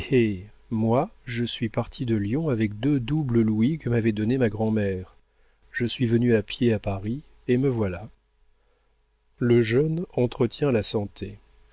moi je suis parti de lyon avec deux doubles louis que m'avait donnés ma grand'mère je suis venu à pied à paris et me voilà le jeûne entretient la santé